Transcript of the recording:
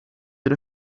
did